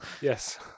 Yes